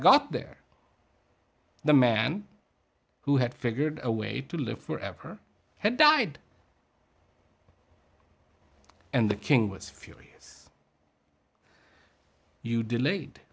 got there the man who had figured a way to live forever had died and the king was furious you delayed